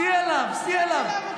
סעי אליו, סעי אליו.